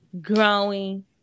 Growing